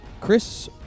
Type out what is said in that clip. Chris